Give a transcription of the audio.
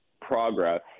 progress